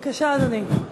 בבקשה, אדוני.